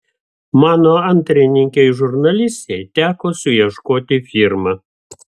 mano antrininkei žurnalistei teko suieškoti firmą